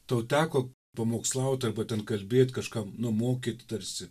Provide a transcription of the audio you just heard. tau teko pamokslaut arba ten kalbėt kažkam nu mokyt tarsi